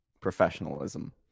professionalism